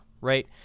right